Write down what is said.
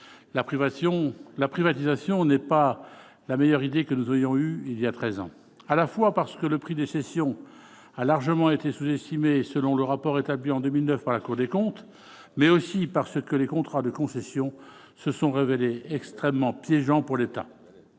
la privatisation n'est pas la meilleure idée que nous ayons eue il y a treize ans, non seulement parce que le prix des cessions a largement été sous-estimé selon le rapport établi en 2009 par la Cour des comptes, mais aussi parce que les contrats de concessions se sont révélés extrêmement « piégeants » pour l'État.